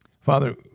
Father